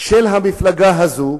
של המפלגה הזאת,